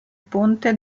ponte